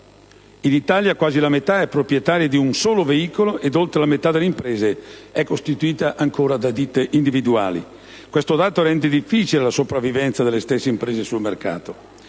In Italia quasi la metà è proprietaria di un solo veicolo ed oltre la metà delle imprese è costituita ancora da ditte individuali. Questo dato rende difficile la sopravvivenza delle stesse imprese sul mercato.